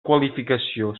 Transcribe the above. qualificació